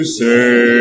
say